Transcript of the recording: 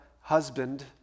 husband